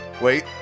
wait